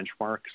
benchmarks